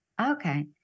Okay